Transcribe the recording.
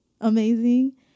amazing